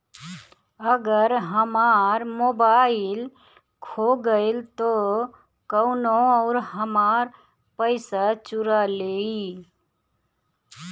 अगर हमार मोबइल खो गईल तो कौनो और हमार पइसा चुरा लेइ?